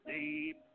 deep